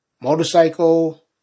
Motorcycle